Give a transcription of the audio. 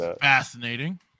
Fascinating